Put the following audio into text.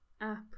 app